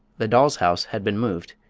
the doll's house had been moved,